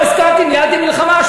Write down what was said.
לא הסכמתי, ניהלתי מלחמה.